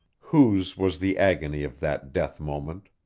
whose was the agony of that death moment?